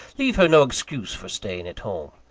leave her no excuse for staying at home.